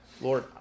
Lord